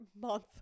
month